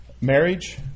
marriage